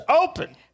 open